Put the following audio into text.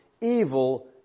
evil